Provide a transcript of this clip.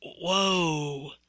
whoa